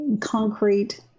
concrete